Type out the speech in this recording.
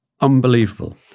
unbelievable